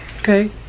okay